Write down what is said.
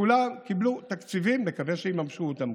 וכולם קיבלו תקציבים, נקווה שגם יממשו אותם.